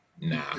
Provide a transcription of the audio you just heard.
Nah